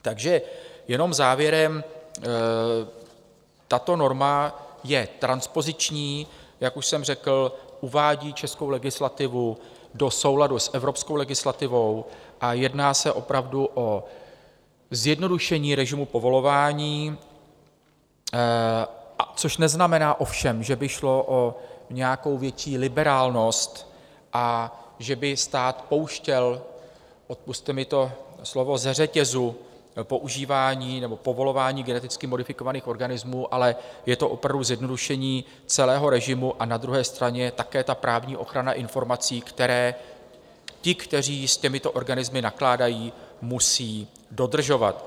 Takže jenom závěrem: tato norma je transpoziční, jak už jsem řekl, uvádí českou legislativu do souladu s evropskou legislativou a jedná se opravdu o zjednodušení režimu povolování, což neznamená ovšem, že by šlo o nějakou větší liberálnost a že by stát pouštěl odpusťte mi to slovo ze řetězu používání nebo povolování geneticky modifikovaných organismů, ale je to opravdu zjednodušení celého režimu, a na druhé straně je také právní ochrana informací, kterou ti, kteří s těmito organismy nakládají, musí dodržovat.